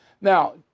Now